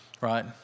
right